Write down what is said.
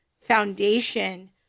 foundation